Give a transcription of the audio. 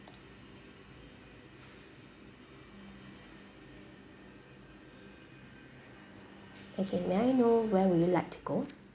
okay may I know where would you like to go